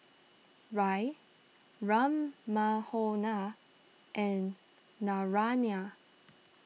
Raj Ram Manohar and Naraina